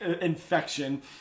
infection